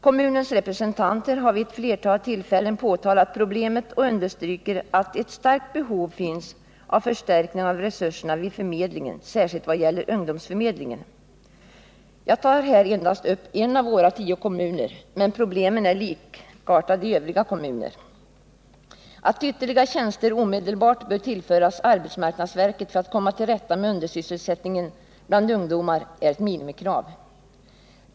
Kommunens representanter har vid ett flertal tillfällen påtalat problemet och understrukit att ett starkt behov finns av förstärkning av resurserna vid förmedlingen, särskilt vad gäller ungdomsförmedlingen. Jag tar här endast upp en av våra tio kommuner, men problemen är likartade i övriga kommuner. Att ytterligare tjänster omedelbart tillförs arbetsmarknadsverket för att man skall komma till rätta med undersysselsättningen bland ungdomarna är ett minimikrav.